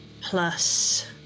plus